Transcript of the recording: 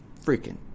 freaking